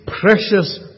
precious